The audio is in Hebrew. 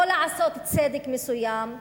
או לעשות צדק מסוים,